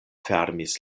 fermis